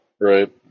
Right